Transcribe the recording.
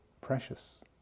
precious